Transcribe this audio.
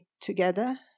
together